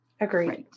Agreed